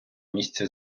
місці